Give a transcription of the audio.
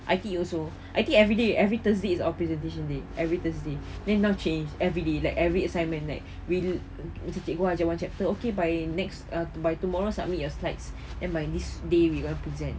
I_T_E also I think everyday every thursday is our presentation day every thursday then now change every day like every assignment like macam cikgu ajar one chapter okay by next by tomorrow submit your slides then by this day we gonna present